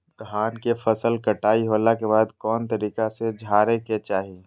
धान के फसल कटाई होला के बाद कौन तरीका से झारे के चाहि?